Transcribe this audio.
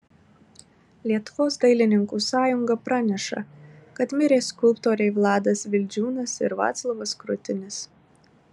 lietuvos dailininkų sąjunga praneša kad mirė skulptoriai vladas vildžiūnas ir vaclovas krutinis